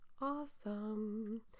Awesome